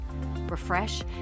Refresh